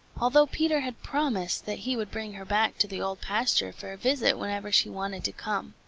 although peter had promised that he would bring her back to the old pasture for a visit whenever she wanted to come.